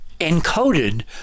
encoded